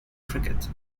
cricket